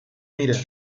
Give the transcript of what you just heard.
mira